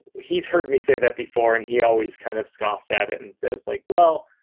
he's heard me say that before. and he always kind of scoffed at it and says, like, well,